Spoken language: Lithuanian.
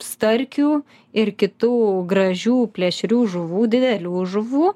starkių ir kitų gražių plėšrių žuvų didelių žuvų